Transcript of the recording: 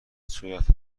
صورت